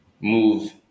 move